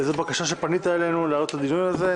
פנית אלינו להעלות את הדיון הזה,